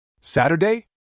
Saturday